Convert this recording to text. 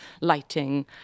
lighting